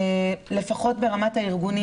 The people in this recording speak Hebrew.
לפחות ברמת הארגונים,